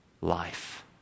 life